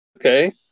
Okay